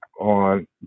on